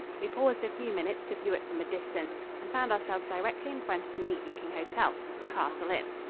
we paused a few minutes to view it from a distance and found ourselves directly in front of a neat-looking hotel the castle inn.